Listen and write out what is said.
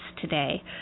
today